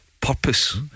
purpose